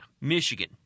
Michigan